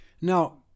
now